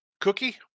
Cookie